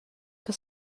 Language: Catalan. que